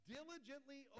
Diligently